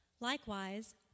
Likewise